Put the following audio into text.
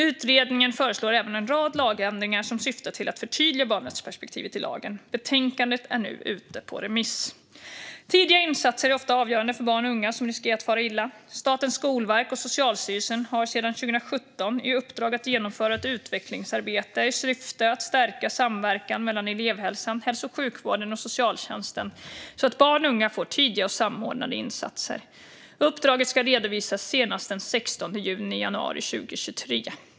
Utredningen föreslår även en rad lagändringar som syftar till att förtydliga barnrättsperspektivet i lagen. Betänkandet är nu ute på remiss. Tidiga insatser är ofta avgörande för barn och unga som riskerar att fara illa. Statens skolverk och Socialstyrelsen har sedan 2017 i uppdrag att genomföra ett utvecklingsarbete i syfte att stärka samverkan mellan elevhälsan, hälso och sjukvården och socialtjänsten så att barn och unga får tidiga och samordnade insatser. Uppdraget ska redovisas senast den 16 juni 2023.